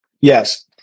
Yes